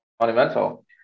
monumental